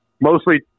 mostly